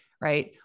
Right